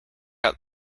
out